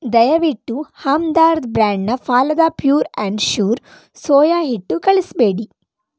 ದಯವಿಟ್ಟು ಹಮ್ದರ್ದ್ ಬ್ರ್ಯಾಂಡ್ನ ಫಾಲದಾ ಪ್ಯೂರ್ ಆ್ಯಂಡ್ ಶ್ಯೂರ್ ಸೋಯಾ ಹಿಟ್ಟು ಕಳಿಸಬೇಡಿ